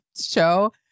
show